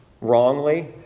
wrongly